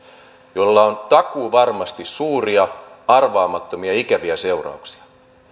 joilla on takuuvarmasti suuria arvaamattomia ja ikäviä seurauksia